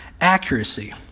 accuracy